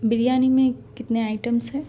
بریانی میں کتنے آئٹمس ہیں